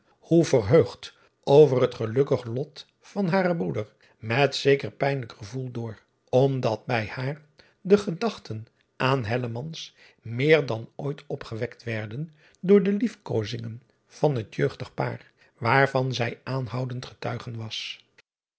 hoe verheugd over het gelukkig lot van haren broeder met zeker pijnlijk gevoel door omdat bij haar de gedachten aan meer dan ooit opgewekt werden door de liefkozingen van het jeugdig paar waarvan zij aanhoudend getuige was